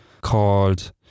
called